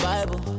Bible